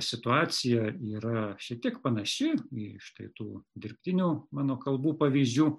situacija yra šitiek panaši į štai tų dirbtinių mano kalbų pavyzdžių